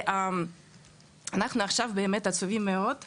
אנחנו עצובים מאוד עכשיו